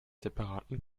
separaten